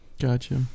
Gotcha